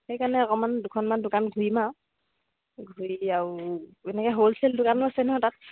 সেইকাৰণে অকণমান দুখনমান দোকান ঘূৰিম আৰু ঘূৰি আৰু এনেকে হ'ল চেল দোকানো আছে নহয় তাত